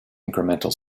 incremental